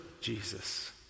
Jesus